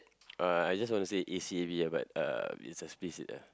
uh I just want to say A_C_A_B ah but uh it's explicit ah